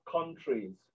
countries